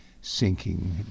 sinking